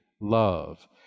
love